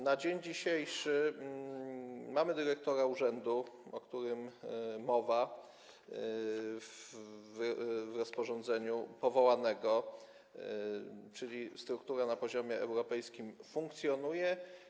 Na dzień dzisiejszy mamy powołanego dyrektora urzędu, o którym mowa w rozporządzeniu, czyli struktura na poziomie europejskim funkcjonuje.